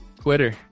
twitter